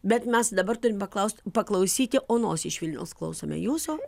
bet mes dabar turim paklaust paklausyti onos iš vilniaus klausome jūsų